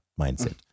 mindset